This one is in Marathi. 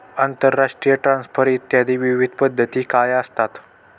आंतरराष्ट्रीय ट्रान्सफर इत्यादी विविध पद्धती काय असतात?